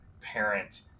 parent